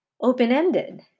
open-ended